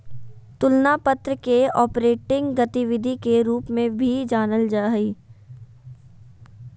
तुलना पत्र के ऑपरेटिंग गतिविधि के रूप में भी जानल जा हइ